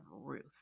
Ruth